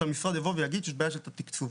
שהמשרד יבוא ויגיד שיש בעיה של תת תקצוב.